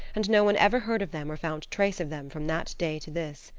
and no one ever heard of them or found trace of them from that day to this.